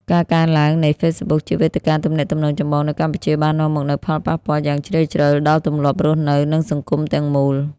ការកើនឡើងនៃ Facebook ជាវេទិកាទំនាក់ទំនងចម្បងនៅកម្ពុជា បាននាំមកនូវ ផលប៉ះពាល់យ៉ាងជ្រាលជ្រៅ ដល់ទម្លាប់រស់នៅ និងសង្គមទាំងមូល។